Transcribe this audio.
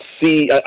see